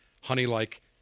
honey-like